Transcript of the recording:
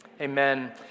Amen